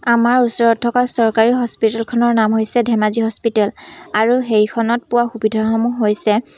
আমাৰ ওচৰত থকা চৰকাৰী হস্পিটেলখনৰ নাম হৈছে ধেমাজি হস্পিতেল আৰু সেইখনত পোৱা সুবিধাসমূহ হৈছে